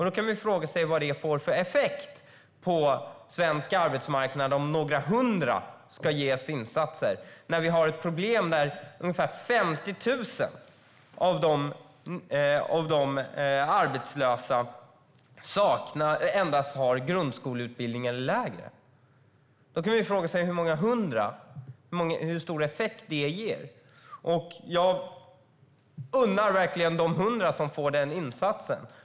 Då kan man fråga sig vilken effekt det får på svensk arbetsmarknad om några hundra ska ges insatser, när vi har ett problem där ungefär 50 000 av de arbetslösa endast har grundskoleutbildning eller lägre. Då kan man fråga sig hur stor effekt det ger. De hundra som får den insatsen unnar jag verkligen detta.